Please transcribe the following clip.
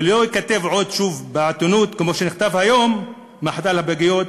ושלא ייכתב שוב בעיתונות מה שנכתב היום: מחדל הפגיות,